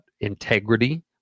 integrity